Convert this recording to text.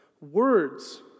Words